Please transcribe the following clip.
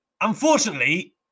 Unfortunately